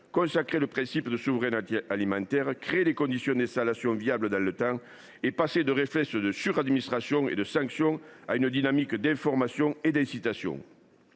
consacrer le principe de souveraineté alimentaire, créer des conditions d’installation viables dans le temps et passer de réflexes de suradministration et de sanctions à une dynamique d’information et d’incitations.